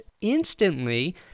instantly